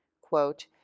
quote